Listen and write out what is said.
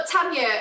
Tanya